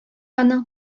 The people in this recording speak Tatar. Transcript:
аның